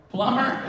Plumber